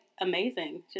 amazing